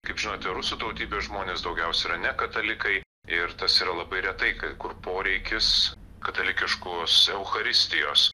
kaip žinote rusų tautybės žmonės daugiausiai yra ne katalikai ir tas yra labai retai kur poreikis katalikiškos eucharistijos